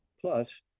plus